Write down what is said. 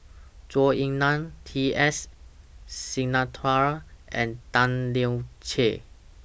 Zhou Ying NAN T S Sinnathuray and Tan Lian Chye